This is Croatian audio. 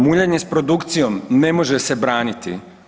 Muljanje s produkcijom ne može se braniti.